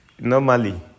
Normally